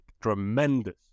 tremendous